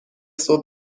صبح